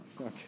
Okay